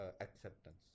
acceptance